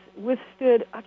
withstood